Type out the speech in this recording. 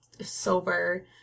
sober